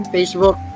Facebook